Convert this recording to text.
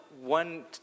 one